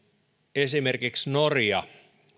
esimerkiksi norja